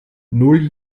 null